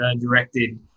directed